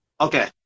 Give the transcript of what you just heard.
Okay